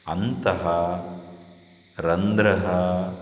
अन्तः रन्ध्रः